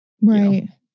Right